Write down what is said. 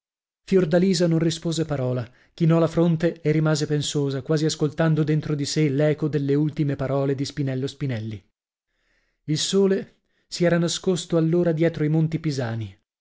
fiordalisa non rispose parola chinò la fronte e rimase pensosa quasi ascoltando dentro di sè l'eco delle ultime parole di spinello spinelli il sole si era nascosto allora dietro i monti pisani